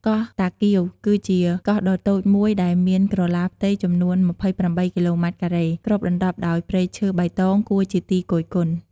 កោះតាគៀវ គឺជាកោះដ៏តូចមួយដែលមានក្រឡាផ្ទៃចំនួន ២៨ គីឡូម៉ែត្រការ៉េ គ្របដណ្ដប់ដោយព្រៃឈើបៃតងគួរជាទីគយគន់ ។